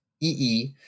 E-E